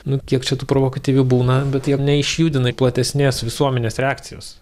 nu kiek čia tų provakatyvių būna bet jie neišjudina platesnės visuomenės reakcijos